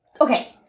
okay